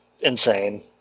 insane